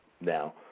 Now